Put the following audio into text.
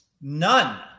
None